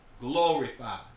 glorified